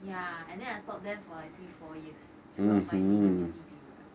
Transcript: ya and then I taught them for like three four years throughout my university period